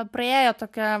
praėjo tokia